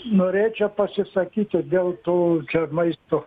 norėčiau pasisakyti ir dėl to čia maisto